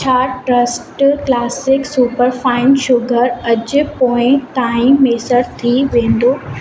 छा trust classic superfine sugar अॼु पोइ ताईं मुयसरु थी वेंदो